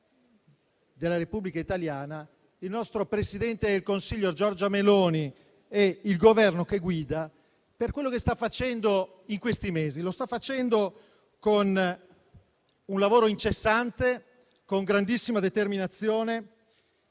della Repubblica italiana, il nostro presidente del Consiglio Giorgia Meloni e il Governo che guida per quello che sta facendo in questi mesi; lo sta facendo con un lavoro incessante, con grandissima determinazione